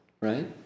Right